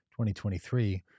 2023